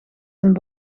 een